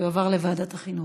שיועבר לוועדת החינוך,